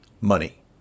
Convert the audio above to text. money